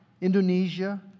Indonesia